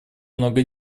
много